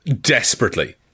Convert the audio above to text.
desperately